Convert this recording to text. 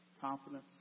confidence